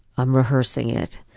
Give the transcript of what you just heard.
i'm rehearsing it.